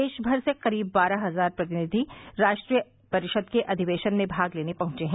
देशमर से करीब बारह हजार प्रतिनिधि राष्ट्रीय परिषद के अधिवेशन में भाग लेने पहुंचे हैं